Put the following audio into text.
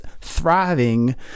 thriving